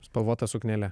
spalvota suknele